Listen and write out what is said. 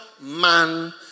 man